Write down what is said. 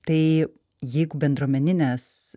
tai jeigu bendruomeninės